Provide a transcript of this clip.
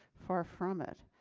far from it,